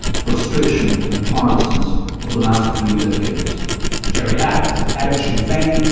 frustration and powerlessness of the last three decades gerry adams, head of sinn fein,